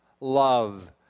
love